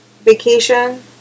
vacation